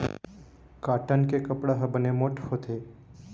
cotton के कपड़ा ह बने मोठ्ठ होथे